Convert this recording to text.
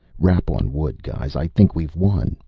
rap on wood, guys i think we've won.